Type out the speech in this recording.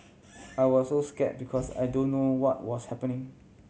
I was so scare because I don't know what was happening